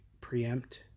preempt